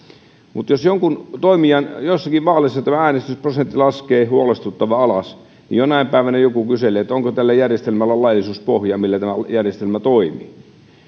mutta jos joissakin vaaleissa äänestysprosentti laskee huolestuttavan alas niin jonain päivänä joku kyselee onko tällä järjestelmällä laillisuuspohjaa millä tämä järjestelmä toimii